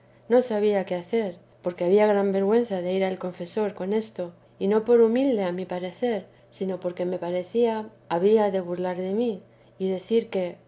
no sabía qué hacer porque había gran vergüenza de ir al confesor con esto y no por humilde a mi parecer sino porque me parecía había de burlar de mí y decir que